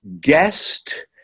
guest